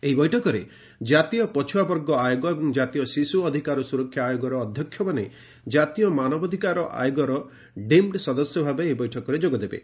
ଏହି ବୈଠକରେ ଜାତୀୟ ପଛୁଆବର୍ଗ ଆୟୋଗ ଏବଂ ଜାତୀୟ ଶିଶୁ ଅଧିକାର ସୁରକ୍ଷା ଆୟୋଗର ଅଧ୍ୟକ୍ଷମାନେ ଜାତୀୟ ମାନବାଧିକାର ଆୟୋଗର ଡିମ୍ ସଦସ୍ୟ ଭାବେ ଏହି ବୈଠକରେ ଯୋଗଦେବେ